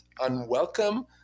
unwelcome